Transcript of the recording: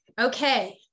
okay